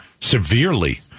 Severely